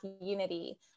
unity